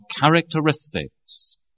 characteristics